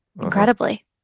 incredibly